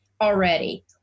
already